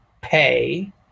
pay